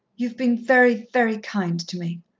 you've been very, very kind to me.